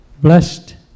blessed